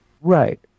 Right